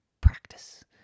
practice